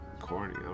corny